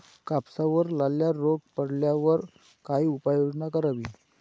कापसावर लाल्या रोग पडल्यावर काय उपाययोजना करावी?